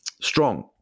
strong